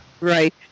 Right